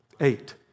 Eight